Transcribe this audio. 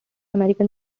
american